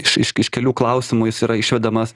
iš iš iš kelių klausimų jis yra išvedamas